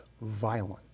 violent